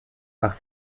par